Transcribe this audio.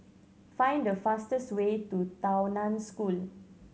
find the fastest way to Tao Nan School